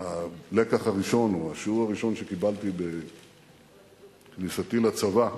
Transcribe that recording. הלקח הראשון או השיעור הראשון שקיבלתי בכניסתי לצבא,